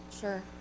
sure